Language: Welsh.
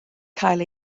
cael